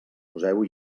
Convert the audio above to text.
poseu